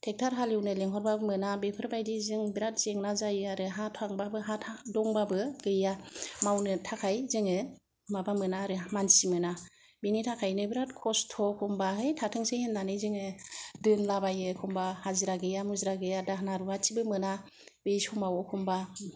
tractor हालेवनो लिंहरबाबो मोना बेफोरबायदिजों बिरात जेंना जायो आरो हा थाबाबो हा दंबाबो गैया मावनो थाखाय जोङो माबा मोना आरो मानसि मोना बिनि थाखायनो बिरात खस्त' एखम्बा है थाथोंसै होननानै जोङो दोनलाबायो एखम्बा हाजिरा गैया मुजिरा गैया दाहोना रुवाथिबो मोना बे समाव एखम्बा